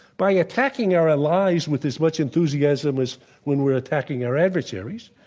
by attacking our allies with as much enthusiasm as when we're attacking our adversaries,